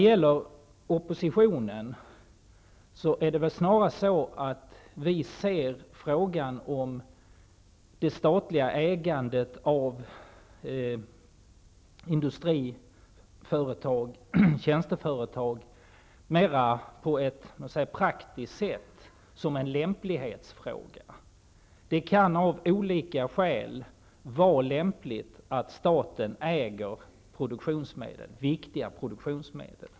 Inom oppositionen ser vi snarast frågan om det statliga ägandet av industriföretag och tjänsteföretag mera på ett praktiskt sätt, som en fråga om lämplighet. Det kan av olika skäl vara lämpligt att staten äger viktiga produktionsmedel.